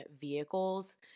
vehicles